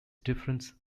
difference